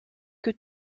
que